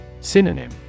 Synonym